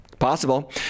possible